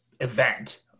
event